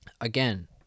again